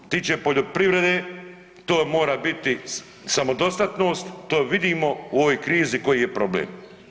Što se tiče poljoprivrede, to mora biti samodostatnost, to vidimo u ovoj krizi koji je problem.